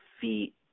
feet